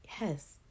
Yes